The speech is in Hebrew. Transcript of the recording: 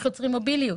איך יוצרים מוביליות,